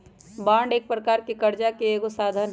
bond एक प्रकार से करजा के एगो साधन हइ